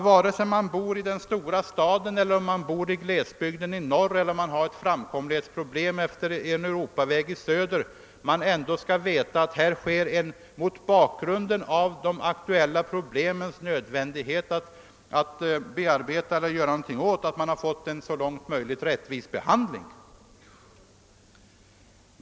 Vare sig man bor i storstaden eller i glesbygden i norr elier har ett framkomlighetsproblem efter en Europaväg i söder skall man ändå veta att man har fått en så långt möjligt rättvis behandling mot bakgrunden av de aktuella problemens nödvändighet.